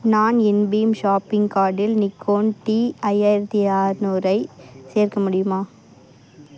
நான் என்ஃபீம் ஷாப்பிங் கார்ட்டில் நிக்கோன் டி ஐயாயிரத்து அற்நூறை சேர்க்க முடியுமா